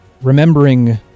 remembering